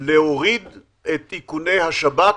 להוריד את איכוני השב"כ,